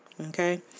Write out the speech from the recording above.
okay